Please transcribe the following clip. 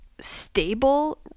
stable